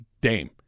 Dame